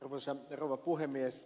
arvoisa rouva puhemies